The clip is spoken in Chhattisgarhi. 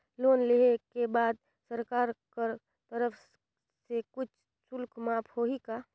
लोन लेहे के बाद सरकार कर तरफ से कुछ शुल्क माफ होही का?